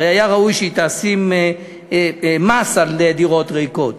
הרי היה ראוי שהיא תשים מס על דירות ריקות,